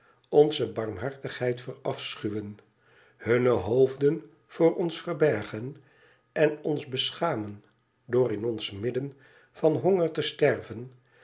onze barmhartigheid verafschuwen hunne hoofden voor ons verbergen en ons beschamen door in ons midden van honger te sterven